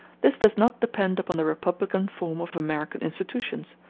this does not depend upon the republican form of american institutions,